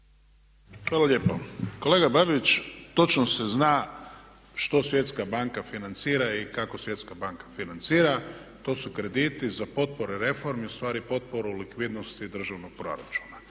Hvala lijepo. Kolega Babić, točno se zna što Svjetska banka financira i kako Svjetska banka financira. To su krediti za potpore reformi, ustvari potporu likvidnosti državnog proračuna.